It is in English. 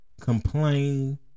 complain